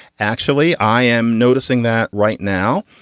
actually, i am noticing that right now.